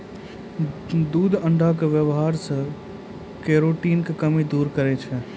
दूध अण्डा के वेवहार से केरोटिन के कमी दूर करै छै